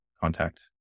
contact